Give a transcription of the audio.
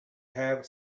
have